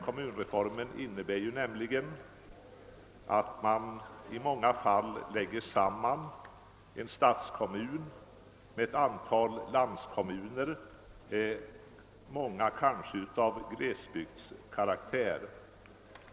Kommunreformen innebär nämligen att man i många fall lägger samman en stadskommun med ett antal landskommuner, många kanske av glesbygdskaraktär.